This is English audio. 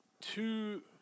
two –